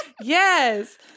Yes